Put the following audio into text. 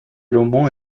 roman